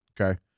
Okay